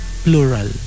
Plural